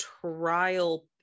trial